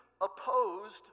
opposed